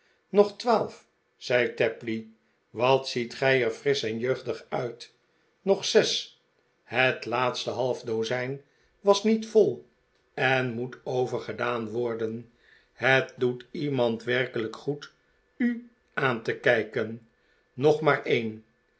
nog twaalf zei tapley wat ziet gij er frisch en jeugdig uit nog zes het laatste half dozijn was niet vol en moet overgedaan worden het doet iemand werkelijk goed u aan te kijken nog maar een